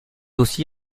aussi